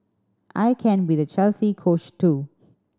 I can be the Chelsea Coach too